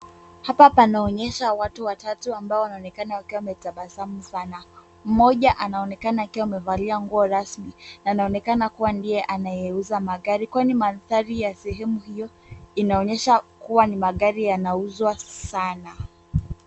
Hapa panaonyesha watu watatu ambao wanaonekana wakiwa wametabasamu sana. Mmoja anaonekana akiwa amevalia nguo rasmi na anaonekana kuwa ndiye anayeuza magari kwani mandhari ya sehemu hiyo inaonyesha kuwa ni magari yanauzwa sana.